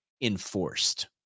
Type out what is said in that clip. enforced